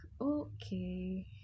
okay